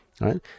right